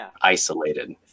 isolated